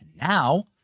Now